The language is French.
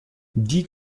dix